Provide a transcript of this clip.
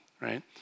right